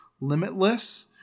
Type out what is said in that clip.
limitless